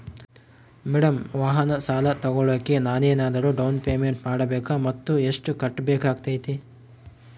Madam ವಾಹನ ಸಾಲ ತೋಗೊಳೋಕೆ ನಾವೇನಾದರೂ ಡೌನ್ ಪೇಮೆಂಟ್ ಮಾಡಬೇಕಾ ಮತ್ತು ಎಷ್ಟು ಕಟ್ಬೇಕಾಗ್ತೈತೆ?